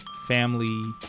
family